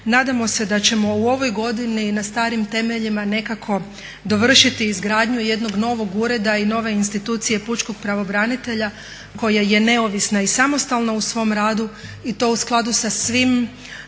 nadamo se da ćemo u ovoj godini na starim temeljima nekako dovršiti izgradnju jednog novog ureda i nove institucije pučkog pravobranitelja koja je neovisna i samostalna u svom radu i to u skladu sa svim